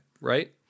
Right